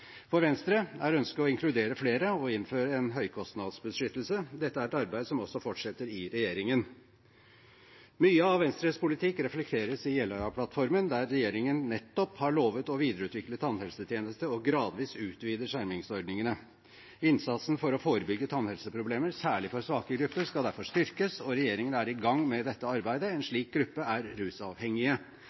For Venstre er ønsket å inkludere flere og innføre en høykostnadsbeskyttelse. Dette er et arbeid som også fortsetter i regjeringen. Mye av Venstres politikk reflekteres i Jeløya-plattformen, der regjeringen nettopp har lovet å videreutvikle tannhelsetjenesten og gradvis utvide skjermingsordningene. Innsatsen for å forebygge tannhelseproblemer, særlig for svake grupper, skal derfor styrkes, og regjeringen er i gang med dette arbeidet. En slik gruppe er rusavhengige.